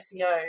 SEO